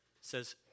says